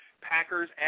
Packers